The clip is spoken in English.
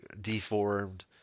deformed